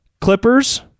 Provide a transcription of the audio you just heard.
Clippers